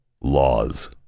laws